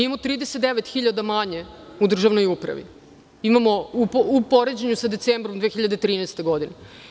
Imamo 39.000 manje u državnoj upravi, u poređenju sa decembrom 2013. godine.